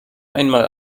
einmal